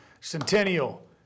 Centennial